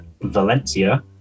Valencia